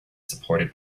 supported